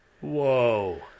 Whoa